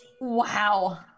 Wow